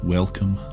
Welcome